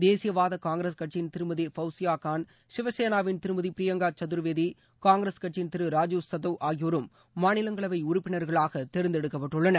தேசியவாதகாங்கிரஸ் கட்சியின் திருமதி ஃபவுசியாகான் சிவசேனாவின் திருமதிபிரியங்காசதர்வேதி காங்கிரஸ் கட்சியின் திருராஜீவ் சதவ் அகியோரும் மாநிலங்களவை உறுப்பினர்களாகதேர்ந்தெடுக்கப்பட்டுள்ளனர்